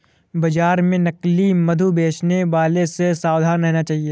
बाजार में नकली मधु बेचने वालों से सावधान रहना चाहिए